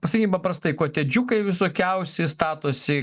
pasym paprastai kotedžiukai visokiausi statosi